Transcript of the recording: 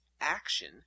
action